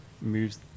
moves